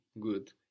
Good